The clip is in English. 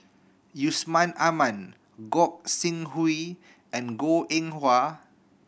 Yusman Aman Gog Sing Hooi and Goh Eng Wah